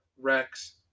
Rex